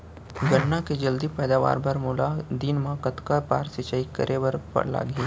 गन्ना के जलदी पैदावार बर, मोला दिन मा कतका बार सिंचाई करे बर लागही?